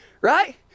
right